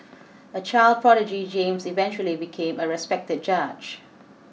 a child prodigy James eventually became a respected judge